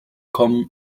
kommen